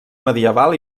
medieval